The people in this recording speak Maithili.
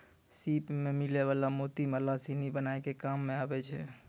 सिप सें मिलै वला मोती माला सिनी बनाय के काम में आबै छै